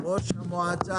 ראש המועצה